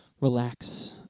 relax